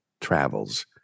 travels